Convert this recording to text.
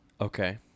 Okay